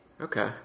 Okay